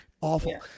awful